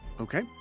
Okay